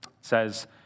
says